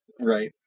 Right